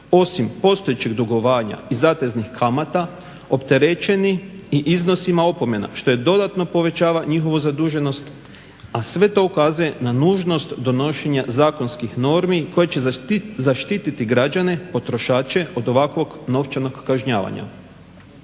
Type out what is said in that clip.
osim postojećeg dugovanja i zateznih kamata opterećeni i iznosima opomena što i dodatno povećava njihovu zaduženost, a sve to ukazuje na nužnost donošenja zakonskih normi koje će zaštititi građane, potrošače od ovakvog novčanog kažnjavanja.